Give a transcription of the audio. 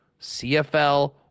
CFL